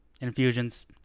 infusions